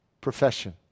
profession